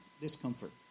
discomfort